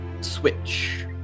switch